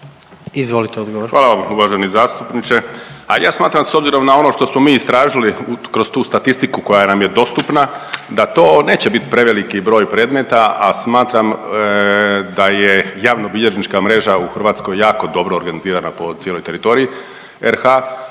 Juro** Hvala vam uvaženi zastupniče. A ja smatram, s obzirom na ono što smo mi istražili kroz tu statistiku koja nam je dostupna da to neće biti preveliki broj predmeta, a smatram da je javnobilježnička mreža u Hrvatskoj jako dobro organizirana po cijeloj teritoriji RH,